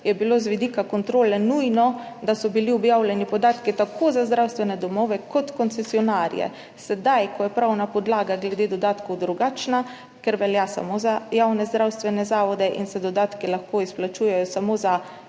je bilo z vidika kontrole nujno, da so bili objavljeni podatki tako za zdravstvene domove kot koncesionarje. Sedaj ko je pravna podlaga glede dodatkov drugačna, ker velja samo za javne zdravstvene zavode in se dodatki lahko izplačujejo samo iz